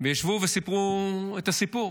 והם ישבו וסיפרו את הסיפור.